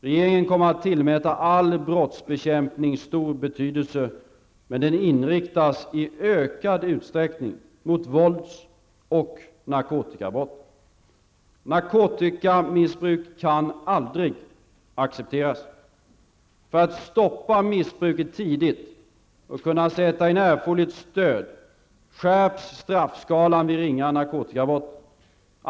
Regeringen kommer att tillmäta all brottsbekämpning stor betydelse, men den inriktas i ökad utsträckning mot vålds och narkotikabrott. Narkotikamissbruk kan aldrig accepteras. För att stoppa missbruket tidigt och kunna sätta in erforderligt stöd skärps straffskalan vid ringa narkotikabrott.